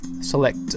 Select